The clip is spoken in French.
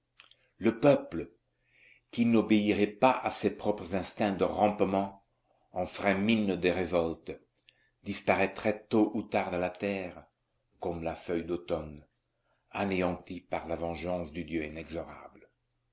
le peuple qui n'obéirait pas à ses propres instincts de rampement et ferait mine de révolte disparaîtrait tôt ou tard de la terre comme la feuille d'automne anéanti par la vengeance du dieu inexorable